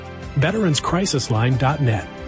VeteransCrisisLine.net